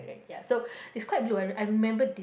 ok ya so is quite blue I re~ I remember di~